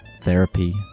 Therapy